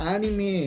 Anime